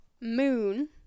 Moon